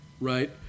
right